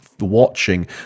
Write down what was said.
watching